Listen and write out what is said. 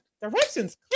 directions